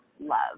love